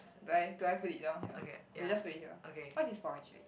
do I do I put it down here we'll just put it here what's this for actually